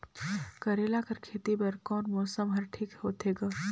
करेला कर खेती बर कोन मौसम हर ठीक होथे ग?